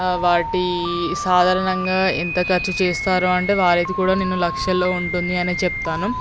వాటి సాధారణంగా ఎంత ఖర్చు చేస్తారు అంటే వారిది కూడా నేను లక్షల్లో ఉంటుంది అనే చెప్తాను